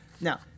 Now